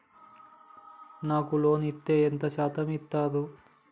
నాకు లోన్ ఇత్తే ఎంత శాతం ఇత్తరు?